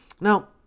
Now